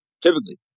Typically